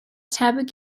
tebyg